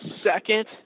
second